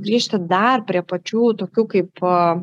grįžti dar prie pačių tokių kaip